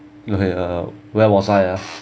ya where was I ah